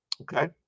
Okay